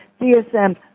DSM